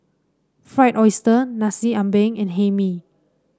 Fried Oyster Nasi Ambeng and Hae Mee